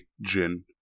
gin